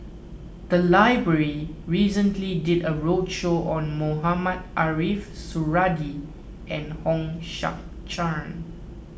the library recently did a roadshow on Mohamed Ariff Suradi and Hong Sek Chern